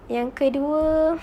yang kedua